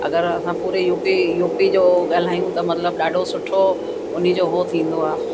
अगरि असां पूरे यूपी यूपी जो ॻाल्हायूं त मतिलबु ॾाढो सुठो उन्ही जो हो थींदो आहे